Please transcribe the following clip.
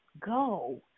go